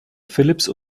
philipps